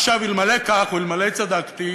עכשיו, אלמלא כך או אלמלא צדקתי,